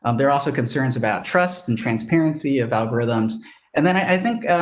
um there also concerns about trust and transparency of algorithms and then, i think,